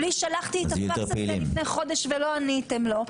בלי שלחתי לפני חודש ולא עניתם לו,